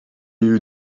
you